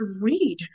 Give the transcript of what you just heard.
read